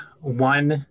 one